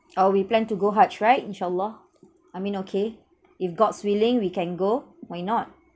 oh we plan to go hajj right insyallah I mean okay if god's willing we can go why not